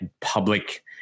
public